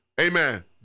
Amen